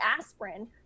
aspirin